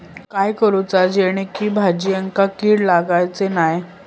काय करूचा जेणेकी भाजायेंका किडे लागाचे नाय?